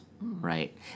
Right